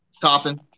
Topping